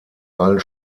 allen